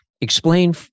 explain